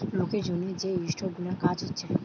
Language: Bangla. লোকের জন্যে যে স্টক গুলার কাজ হচ্ছে